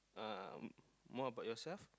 uh more about yourself